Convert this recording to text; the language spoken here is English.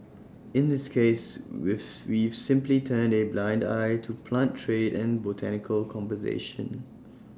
in this case we've simply turned A blind eye to plant trade and botanical conservation